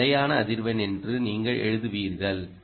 இது நிலையான அதிர்வெண் என்று நீங்கள் எழுதுவீர்கள்